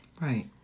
Right